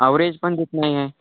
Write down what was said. average पण देत नाही आहे